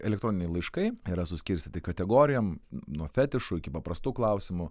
elektroniniai laiškai yra suskirstyti kategorijom nuo fetišų iki paprastų klausimų